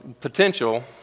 potential